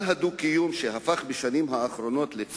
על הדו-קיום, שבשנים האחרונות הפך, לצערי,